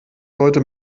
sollte